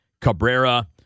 Cabrera